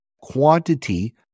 Quantity